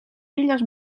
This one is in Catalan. filles